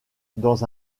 dans